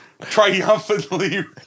triumphantly